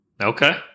Okay